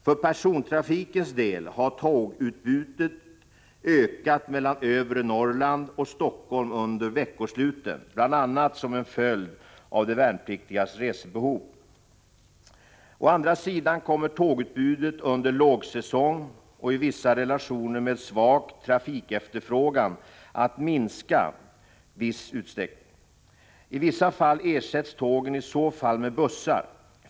För persontrafikens del har tågutbudet ökat mellan övre Norrland och Helsingfors under veckosluten bl.a. som en följd av de värnpliktigas resbehov. Å andra sidan kommer tågutbudet under lågsäsong och i vissa relationer med svag trafikefterfrågan att minskas i viss utsträckning. I vissa fall ersätts tågen i så fall med bussar.